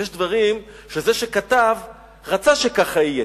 ויש דברים שזה שכתב רצה שכך יהיה.